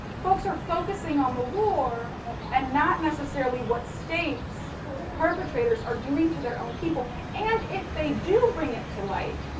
folks are focusing on the war and not necessarily what state perpetrators are doing to their people. and, if they do bring it to light,